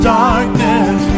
darkness